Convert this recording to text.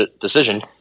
decision